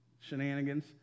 shenanigans